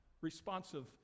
responsive